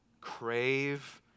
crave